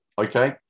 Okay